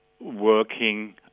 working